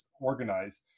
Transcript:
organized